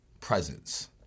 presence